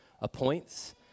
appoints